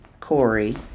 Corey